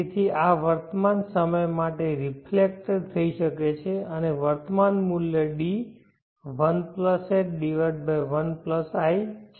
તેથી આ વર્તમાન સમય માટે રિફ્લેક્ટેડ થઈ શકે છે અને વર્તમાન મૂલ્ય D1f1i છે